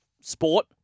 sport